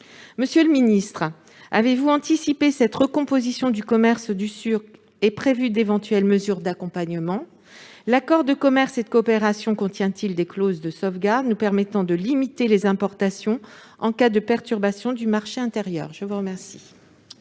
Monsieur le secrétaire d'État, avez-vous anticipé cette recomposition du commerce du sucre et prévu d'éventuelles mesures d'accompagnement ? L'accord de commerce et de coopération contient-il des clauses de sauvegarde, nous permettant de limiter les importations en cas de perturbation du marché intérieur ? La parole